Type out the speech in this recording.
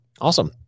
Awesome